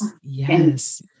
yes